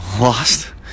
lost